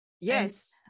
Yes